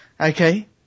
Okay